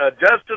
Justin